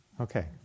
Okay